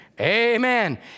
Amen